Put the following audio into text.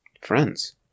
friends